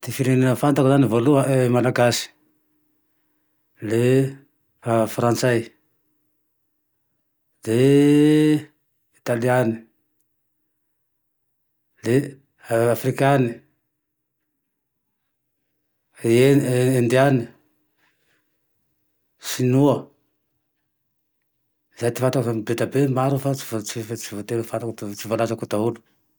Ty ferenena fantako zane voalohane, malagasy, le frantsay, de italiany, de afrikany, e-e-indiany, sinoa, zay ty fantako, fa be de be, maro fa tsy voa- tsy voa- tsy voatery ho fantako tsy voalazako daholo